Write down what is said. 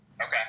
Okay